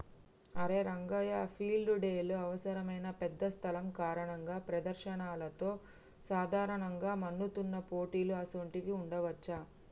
అరే రంగయ్య ఫీల్డ్ డెలో అవసరమైన పెద్ద స్థలం కారణంగా ప్రదర్శనలతో సాధారణంగా మన్నుతున్న పోటీలు అసోంటివి ఉండవచ్చా